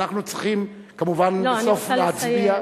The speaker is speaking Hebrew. אנחנו צריכים בסוף כמובן להצביע.